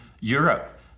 Europe